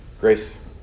grace